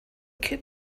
could